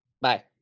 Bye